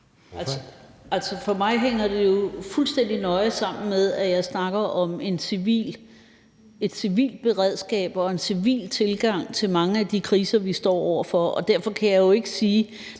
for mig hænger det fuldstændig nøje sammen med, at jeg snakker om et civilt beredskab og en civil tilgang til mange af de kriser, vi står over for, og derfor kan jeg jo ikke sige: